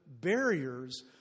barriers